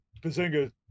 Bazinga